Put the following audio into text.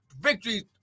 victory